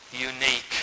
unique